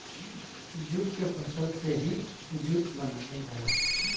jute के फसल से ही जूट बनावल जाला